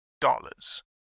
dollars